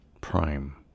Prime